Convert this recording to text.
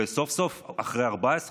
וסוף-סוף, אחרי 14 שנה,